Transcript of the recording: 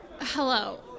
Hello